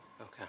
Okay